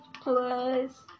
plus